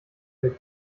wir